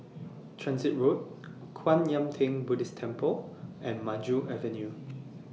Transit Road Kwan Yam Theng Buddhist Temple and Maju Avenue